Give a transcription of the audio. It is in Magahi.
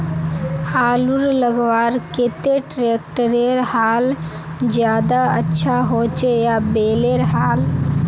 आलूर लगवार केते ट्रैक्टरेर हाल ज्यादा अच्छा होचे या बैलेर हाल?